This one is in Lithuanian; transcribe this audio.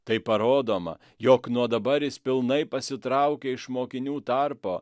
taip parodoma jog nuo dabar jis pilnai pasitraukia iš mokinių tarpo